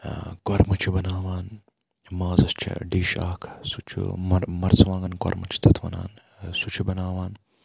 کۄرمہٕ چھِ بَناوان مازَس چھِ ڈِش اَکھ سُہ چھُ مر مَرژٕوانٛگَن کۄرمہٕ چھ تَتھ وَنان سُہ چھُ بَناوان